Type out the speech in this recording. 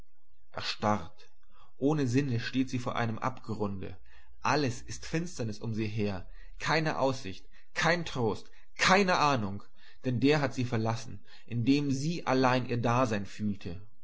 erstarrt ohne sinne steht sie vor einem abgrunde alles ist finsternis um sie her keine aussicht kein trost keine ahnung denn der hat sie verlassen in dem sie allein ihr dasein fühlte